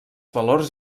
valors